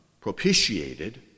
propitiated